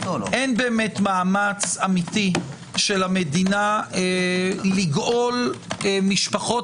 אין באמת מאמץ אמיתי של המדינה לגאול משפחות